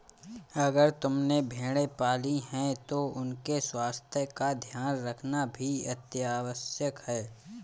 अगर तुमने भेड़ें पाली हैं तो उनके स्वास्थ्य का ध्यान रखना भी अतिआवश्यक है